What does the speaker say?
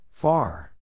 Far